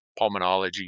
pulmonology